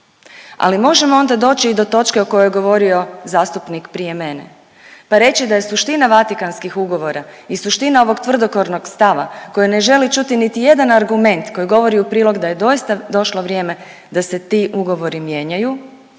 Ali možemo onda doći i do točke o kojoj je govorio zastupnik prije mene, pa reći da je suština Vatikanskih ugovora i suština ovog tvrdokornog stava koji ne želi čuti niti jedan argument koji govori u prilog da je doista došlo vrijeme da se ti ugovori mijenjaju.